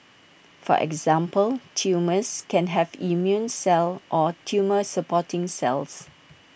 for example tumours can have immune cells or tumour supporting cells